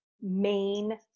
main